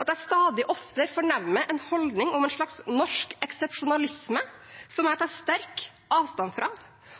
at jeg stadig oftere fornemmer en holdning om en slags norsk eksepsjonalisme som jeg tar sterkt avstand fra,